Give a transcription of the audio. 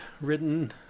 written